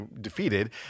defeated